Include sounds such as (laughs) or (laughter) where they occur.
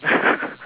(laughs)